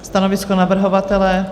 Stanovisko navrhovatele?